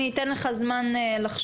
אני אתן לך זמן לחשוב,